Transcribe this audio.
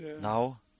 Now